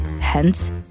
hence